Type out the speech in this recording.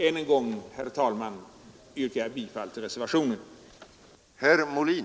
Än en gång, herr talman, yrkar jag bifall till reservationen.